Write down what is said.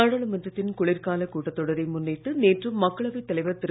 நாடாளுமன்றத்தின் குளிர்காலக் கூட்டத் தொடரை முன்னிட்டு நேற்று மக்களவை தலைவர் திரு